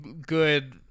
good